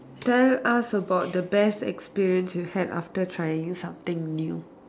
tell us about the best experience you had after trying something new